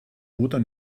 oder